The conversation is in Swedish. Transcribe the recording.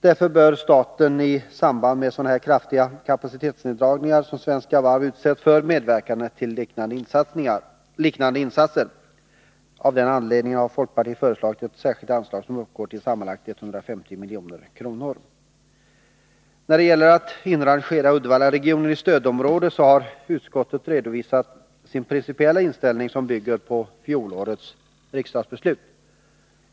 Därför bör staten i samband med sådana här kraftiga kapacitetsneddragningar som Svenska Varv utsätts för medverka till liknande insatser. Av den anledningen har folkpartiet föreslagit ett särskilt anslag som uppgår till sammanlagt 150 milj.kr. När det gäller att inrangera Uddevallaregionen i stödområde har utskottet redovisat sin principiella inställning, som bygger på fjolårets riksdagsbeslut.